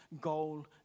goal